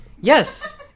Yes